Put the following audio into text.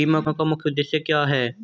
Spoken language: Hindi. बीमा का मुख्य उद्देश्य क्या है?